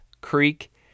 creek